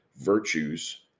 virtues